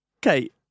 Kate